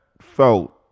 felt